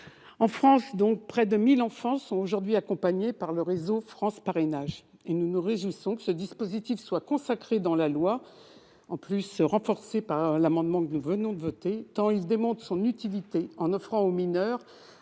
En France, près de 1 000 enfants sont aujourd'hui accompagnés par le réseau France parrainage. Nous nous réjouissons que ce dispositif soit consacré dans la loi et renforcé par l'amendement que nous venons de voter, tant il démontre son utilité en offrant aux mineurs